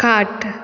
खाट